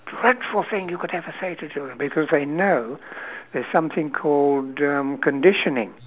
dreadful thing you could ever say to children because they know there's something called um conditioning